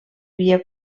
via